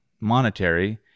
monetary